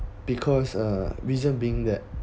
because uh reason being that